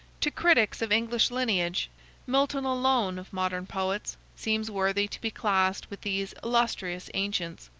to critics of english lineage milton alone of modern poets seems worthy to be classed with these illustrious ancients.